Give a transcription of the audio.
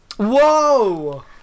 Whoa